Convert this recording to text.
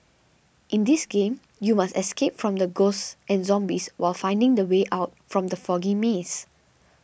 in this game you must escape from the ghosts and zombies while finding the way out from the foggy maze